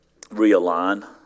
realign